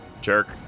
Jerk